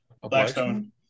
Blackstone